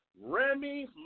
Remy